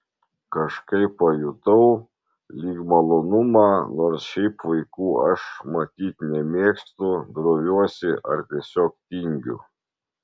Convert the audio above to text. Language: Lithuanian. kažkaip pajutau lyg malonumą nors šiaip vaikų aš matyt nemėgstu droviuosi ar tiesiog tingiu